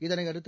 இதனையடுத்து